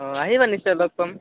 অঁ আহিবা নিশ্চয় লগ পাম